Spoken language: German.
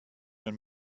wenn